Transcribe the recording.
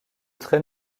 très